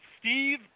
Steve